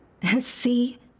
See